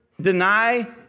deny